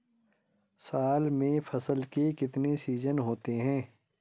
साल में फसल के कितने सीजन होते हैं?